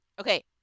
Okay